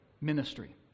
ministry